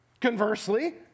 Conversely